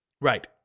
Right